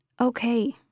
Okay